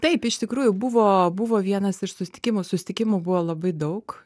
taip iš tikrųjų buvo buvo vienas iš susitikimo susitikimų buvo labai daug